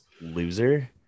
loser